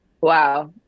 wow